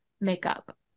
makeup